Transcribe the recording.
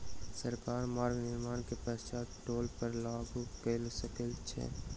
सरकार मार्ग निर्माण के पश्चात टोल कर लागू कय सकैत अछि